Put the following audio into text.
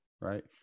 right